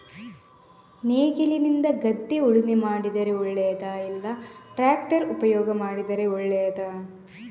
ನೇಗಿಲಿನಿಂದ ಗದ್ದೆ ಉಳುಮೆ ಮಾಡಿದರೆ ಒಳ್ಳೆಯದಾ ಇಲ್ಲ ಟ್ರ್ಯಾಕ್ಟರ್ ಉಪಯೋಗ ಮಾಡಿದರೆ ಒಳ್ಳೆಯದಾ?